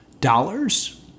Dollars